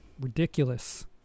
ridiculous